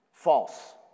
False